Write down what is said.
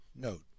Note